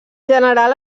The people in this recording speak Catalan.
general